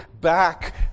back